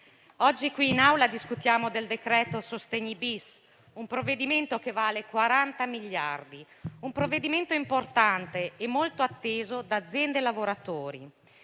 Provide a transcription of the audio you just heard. oggi in Aula discutiamo del decreto-legge sostegni-*bis*, un provvedimento che vale 40 miliardi, un provvedimento importante e molto atteso da aziende e lavoratori.